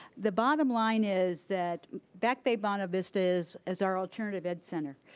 the bottom line is that back bay bonavista is is our alternative ed center,